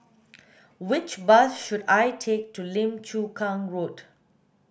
which bus should I take to Lim Chu Kang Road